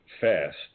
fast